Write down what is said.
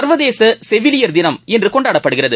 சர்வதேச செவிலியர் தினம் இன்று கொண்டாடப்படுகிறது